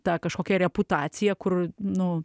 tą kažkokią reputaciją kur nu